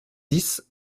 dix